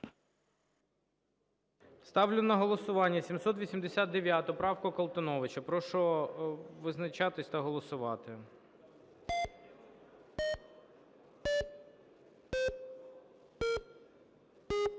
Ставлю на голосування 805 правку Колтуновича. Прошу визначатись та голосувати.